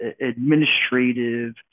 administrative